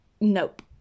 nope